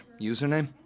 username